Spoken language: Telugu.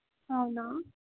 అవునా